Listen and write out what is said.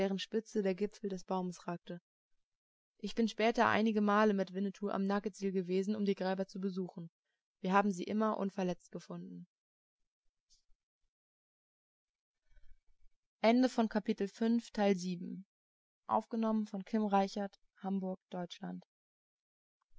der gipfel des baumes ragte ich bin später einigemal mit winnetou am nugget tsil gewesen um die gräber zu besuchen wir haben sie immer unverletzt gefunden